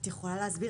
את יכולה להסביר.